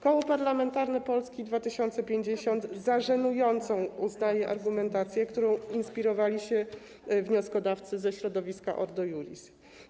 Koło parlamentarne Polska 2050 za żenującą uznaje argumentację, którą inspirowali się wnioskodawcy ze środowiska Ordo Iuris.